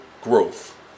Growth